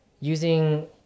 using